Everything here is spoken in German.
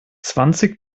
zwanzig